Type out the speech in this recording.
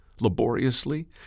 laboriously